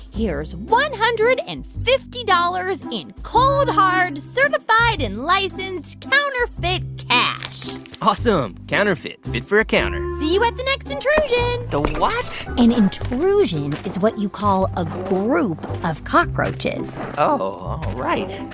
here's one hundred and fifty dollars in cold, hard, certified and licensed counterfeit cash awesome. counterfeit fit for a counter see you at the next intrusion the what? an intrusion is what you call a group of cockroaches oh, right.